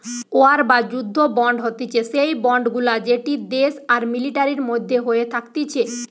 war বা যুদ্ধ bond হতিছে সেই বন্ড গুলা যেটি দেশ আর মিলিটারির মধ্যে হয়ে থাকতিছে